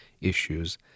issues